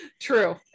True